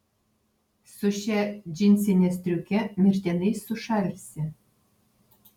su šia džinsine striuke mirtinai sušalsi